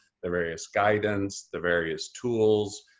the various guidance, the various tools,